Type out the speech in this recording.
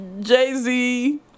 jay-z